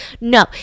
No